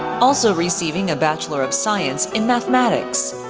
also receiving a bachelor of science in mathematics.